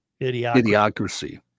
Idiocracy